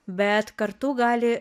bet kartu gali